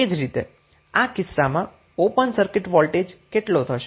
તે જ રીતે આ કિસ્સામાં ઓપન સર્કિટ વોલ્ટેજ કેટલો થશે